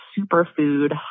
Superfood